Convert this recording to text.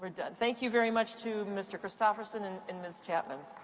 but thank you very much to mr. christopherson and and ms. chatman.